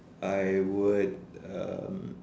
I would um